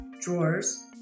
drawers